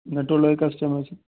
മറ്റുള്ള കസ്റ്റമേഴ്സ്